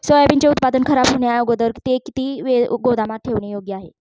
सोयाबीनचे उत्पादन खराब होण्याअगोदर ते किती वेळ गोदामात ठेवणे योग्य आहे?